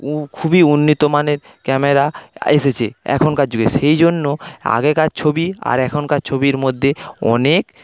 ও খুবই উন্নত মানের ক্যামেরা এসেছে এখনকার যুগে সেইজন্য আগেকার ছবি আর এখনকার ছবির মধ্যে অনেক